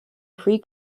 pre